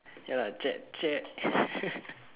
ya lah check check